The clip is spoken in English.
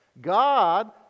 God